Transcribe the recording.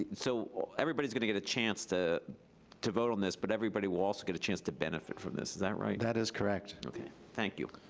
yeah so everybody's gonna get a chance to to vote on this, but everybody will also get a chance to benefit from this. is that right? that is correct. okay, thank you.